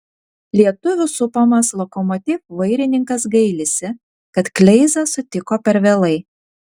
lietuvių supamas lokomotiv vairininkas gailisi kad kleizą sutiko per vėlai